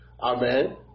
Amen